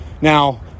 Now